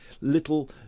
little